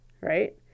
Right